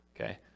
Okay